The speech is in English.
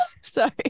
sorry